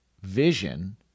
vision